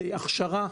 הכשרה,